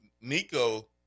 Nico